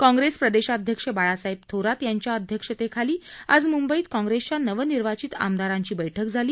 काँप्रेस प्रदेशाध्यक्ष बाळासाहेब थोरात यांच्या अध्यक्षतेखाली आज मुंबईत काँप्रेसच्या नवनिर्वाचित आमदारांची बैठक झाली